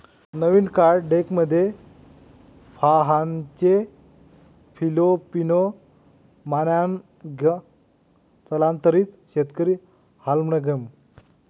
नवीन card डेकमध्ये फाहानचे Filipino manong स्थलांतरित शेतकरी हार्लेम